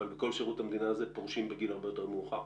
אבל בכל שירות המדינה הזה פורשים בגיל הרבה יותר מאוחר.